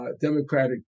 democratic